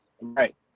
Right